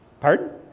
pardon